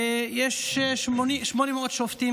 ויש כמעט 800 שופטים.